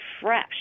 fresh